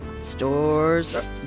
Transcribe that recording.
Stores